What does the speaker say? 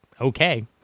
Okay